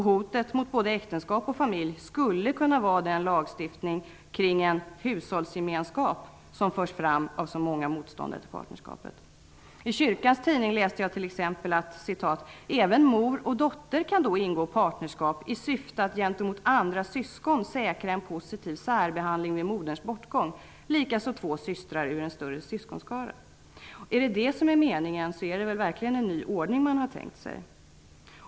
Hotet mot både äktenskap och familj skulle kunna vara den lagstiftning kring en ''hushållsgemenskap'' som förs fram av så många motståndare till partnerskap. I Kyrkans tidning har jag läst följande citat: ''Även mor och dotter kan då ingå partnerskap i syfte att gentemot andra syskon säkra en positiv särbehandling vid moderns bortgång, likaså två systrar ur en större syskonskara --.'' Om detta är meningen, är det verkligen en ny ordning man har tänkt sig.